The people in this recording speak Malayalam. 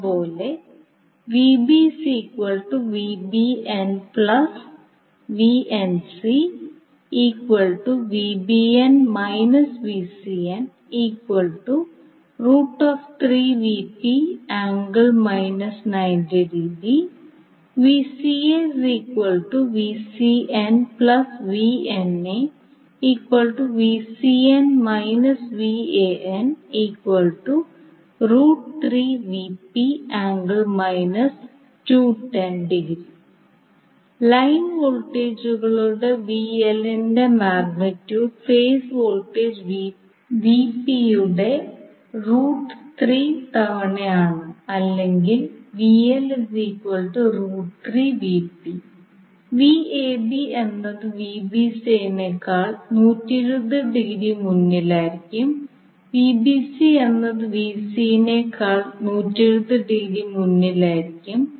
അതുപോലെ ലൈൻ വോൾട്ടേജുകളുടെ ൻറെ മാഗ്നിറ്റ്യൂഡ് ഫേസ് വോൾട്ടേജ് യുടെ തവണയാണ് അല്ലെങ്കിൽ എന്നത് നേക്കാൾ മുന്നിലായിരിക്കും എന്നത് നേക്കാൾ മുന്നിലായിരിക്കും